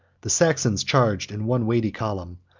the saxons charged in one weighty column,